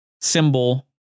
symbol